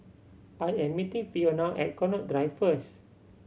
I am meeting Fiona at Connaught Drive first